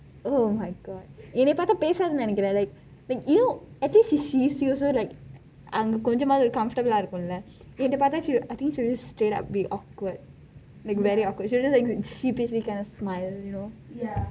oh my god என்னை பார்த்தால் பேசாது நினைக்கிறேன்:ennai paarthal pesathu ninaikiraen like you know at least she sees you so like அங்கு கொஞ்சமாவது:anku konjamavathu comfortable ஆக இருக்குமே என்னை பார்த்தால்:aaka irukkum ennai paarthal she will I think she will be just straight up be awkward ya she will just give me sheepish kind of smile you know